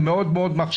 זה מאוד מחשיד,